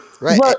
Right